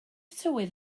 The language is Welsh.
tywydd